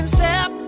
step